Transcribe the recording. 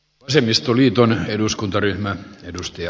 arvoisa herra puhemies